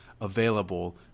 available